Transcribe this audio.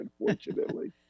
unfortunately